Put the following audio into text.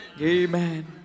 Amen